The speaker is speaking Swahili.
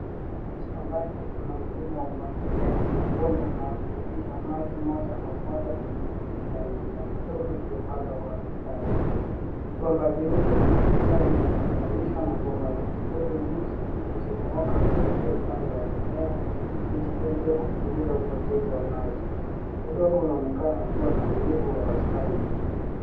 Shambani kuna mfumo wa umwagiliaji matone unaotiririsha maji moja kwa moja kwenye mizizi ya mimea midogo iliopandwa kwa mistari. Bomba jeupe la katikati linaunganishwa na bomba ndogo ndogo nyeusi zilizo nyoaka kuelekea upande wa mimea ikisaidia kupunguza upotevu wa maji. Udongo unaonekana kuwa na unyevu wa wastani.